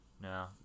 No